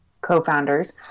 co-founders